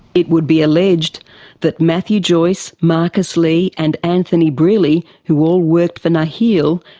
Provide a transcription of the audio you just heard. it would be alleged that matthew joyce, marcus lee and anthony brearley, who all worked for nakheel,